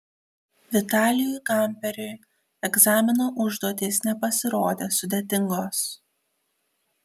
vitalijui gamperiui egzamino užduotys nepasirodė sudėtingos